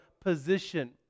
position